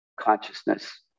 consciousness